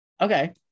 Okay